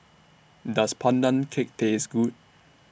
Does Pandan Cake Taste Good